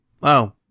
Wow